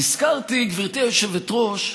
נזכרתי, גברתי היושבת-ראש,